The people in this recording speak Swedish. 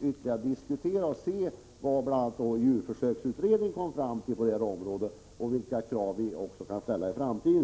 ytterligare diskutera frågan mot bakgrund av vad bl.a. djurförsöksutredningen kommer fram till, och vi kan då försöka formulera de krav vi kan ställa i framtiden.